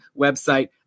website